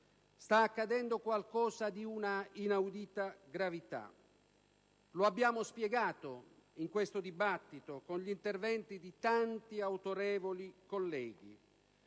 Sta accadendo qualcosa di una inaudita gravità. Lo abbiamo spiegato in questo dibattito, con gli interventi di tanti autorevoli colleghi.